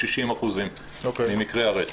60% ממקרי הרצח.